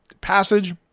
Passage